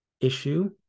issue